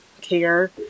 care